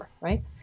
right